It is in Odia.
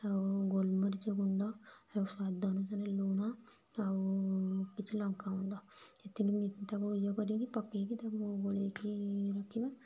ଆଉ ଗୋଲ ମରିଚ ଗୁଣ୍ଡ ଆଉ ସ୍ୱାଦ ଅନୁସାରେ ଲୁଣ ଆଉ କିଛି ଲଙ୍କା ଗୁଣ୍ଡ ଏତିକି ତାକୁ ଇଏ କରିକି ପକେଇକି ତାକୁ ଗାଳେଇକି ରଖିବା